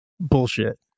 bullshit